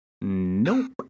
nope